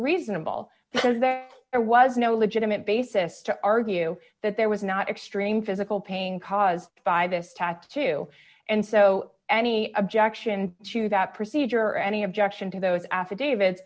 reasonable because there was no legitimate basis to argue that there was not extreme physical pain caused by this tattoo and so any objection to that procedure or any objection to those affidavit